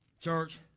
Church